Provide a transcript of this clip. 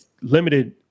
limited